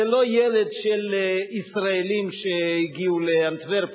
זה לא היה ילד של ישראלים שהגיעו לאנטוורפן,